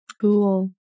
Cool